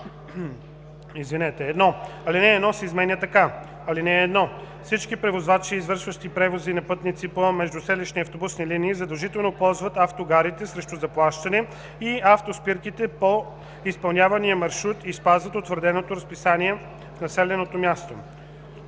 изменения: 1. Алинея 1 се изменя така: „(1) Всички превозвачи, извършващи превоз на пътници по междуселищни автобусни линии, задължително ползват автогарите срещу заплащане и автоспирките по изпълнявания маршрут и спазват утвърденото разписание. В населено място: